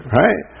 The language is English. right